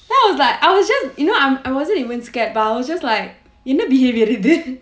then I was like I was just you know I'm I wasn't even scared but I was just like என்ன:enna behaviour இது:idhu